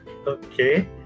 Okay